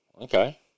Okay